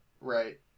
Right